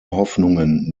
hoffnungen